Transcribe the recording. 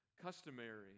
customary